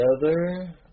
together